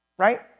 right